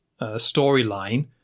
storyline